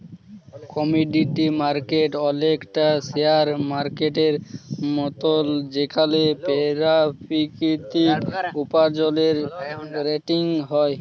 commodity market অলেকটা share মার্কেটের মতল যেখালে পেরাকিতিক উপার্জলের টেরেডিং হ্যয়